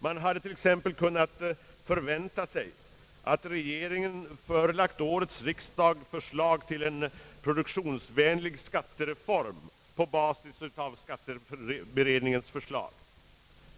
Man hade t.ex. kunnat förvänta att regeringen förelagt årets riksdag förslag till en produktionsvänlig skattereform på basis av skatteberedningens förslag.